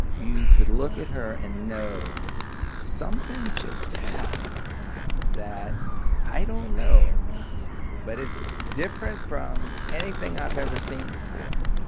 you could look at her and know something just happened that i don't know but it's different from anything i've ever seen before.